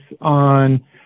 on